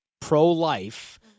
pro-life